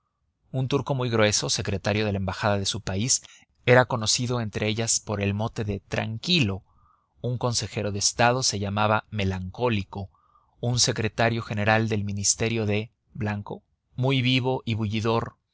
un turco muy grueso secretario de la embajada de su país era conocido entre ellas por el mote de tranquilo un consejero de estado se llamaba melancólico un secretario general del ministerio de muy vivo